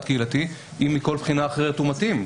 קהילתי אם מכל בחינה אחרת הוא מתאים.